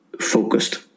focused